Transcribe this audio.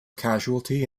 casualty